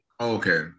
Okay